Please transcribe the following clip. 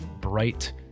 bright